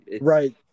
Right